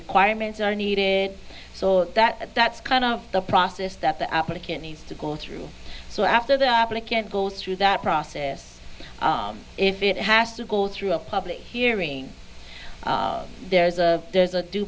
requirements are needed so that that's kind of the process that the applicant needs to go through so after the applicant goes through that process if it has to go through a public hearing there's a there's a due